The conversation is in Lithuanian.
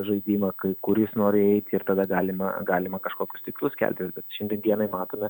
žaidimą kai kur jis nori eiti ir tada galima galima kažkokius tikslus kelti bet šiandien dienai matome